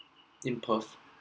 in perth